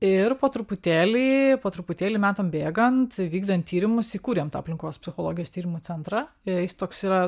ir po truputėlį po truputėlį metam bėgant vykdant tyrimus įkūrėm tą aplinkos psichologijos tyrimų centrą jis toks yra